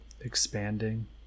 expanding